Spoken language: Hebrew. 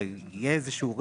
הרי יהיה איזשהו רצף.